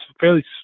fairly